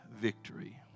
victory